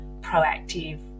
proactive